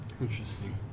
Interesting